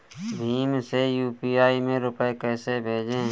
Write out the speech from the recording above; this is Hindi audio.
भीम से यू.पी.आई में रूपए कैसे भेजें?